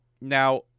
now